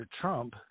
Trump